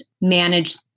manage